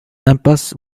impasse